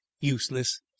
Useless